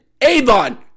Avon